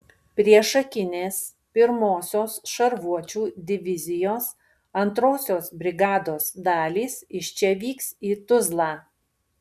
priešakinės pirmosios šarvuočių divizijos antrosios brigados dalys iš čia vyks į tuzlą